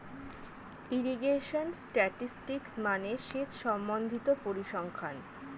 irrigation statistics মানে সেচ সম্বন্ধিত পরিসংখ্যান